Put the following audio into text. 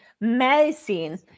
medicine